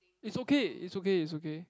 it's okay it's okay it's okay